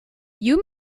you